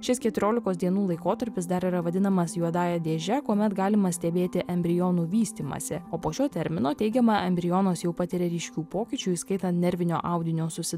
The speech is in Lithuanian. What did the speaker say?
šis keturiolikos dienų laikotarpis dar yra vadinamas juodąja dėže kuomet galima stebėti embrionų vystymąsi o po šio termino teigiama embrionas jau patiria ryškių pokyčių įskaitant nervinio audinio susi